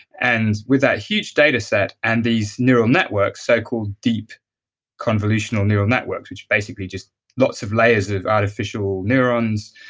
and with that huge dataset and these neural networks, so called deep convolutional neural networks, which basically are just lots of layers of artificial neurons,